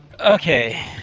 Okay